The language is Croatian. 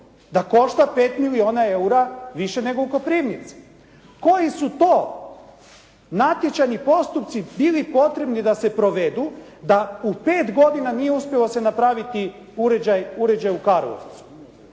da košta 5 milijuna EUR-a više nego u Koprivnici. Koji su to natječajni postupci bili potrebni da se provedu da u 5 godina nije uspjelo se napraviti uređaj u Karlovcu?